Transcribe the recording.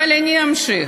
אבל אני אמשיך.